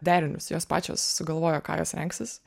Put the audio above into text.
derinius jos pačios sugalvojo ką jos rengsis